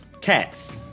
Cats